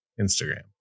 Instagram